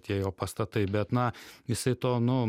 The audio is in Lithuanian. tie jo pastatai bet na jisai to nuo